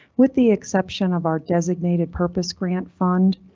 with the exception of our designated purpose grant fund.